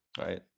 Right